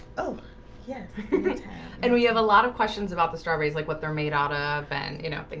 oh yeah and we have a lot of questions about the strawberries like what they're made out of and you know,